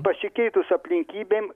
pasikeitus aplinkybėm